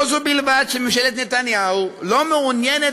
לא זו בלבד שממשלת נתניהו לא מעוניינת